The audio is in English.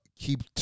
Keep